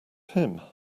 him